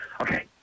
Okay